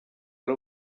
ari